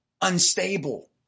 unstable